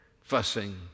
fussing